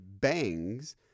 bangs